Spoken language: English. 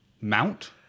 Mount